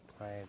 Right